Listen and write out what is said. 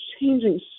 changing